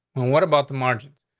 what about the margins?